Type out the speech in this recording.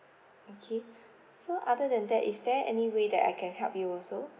okay so other than that is there any way that I can help you also